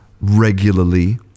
regularly